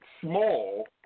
small